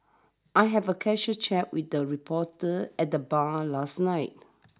I have a casual chat with the reporter at the bar last night